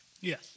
Yes